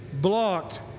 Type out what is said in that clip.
blocked